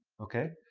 okay?